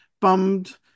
bummed